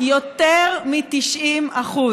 יותר מ-90%.